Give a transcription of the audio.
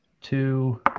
two